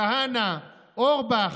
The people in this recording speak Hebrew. כהנא, אורבך,